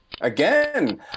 Again